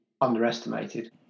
underestimated